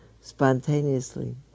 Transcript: spontaneously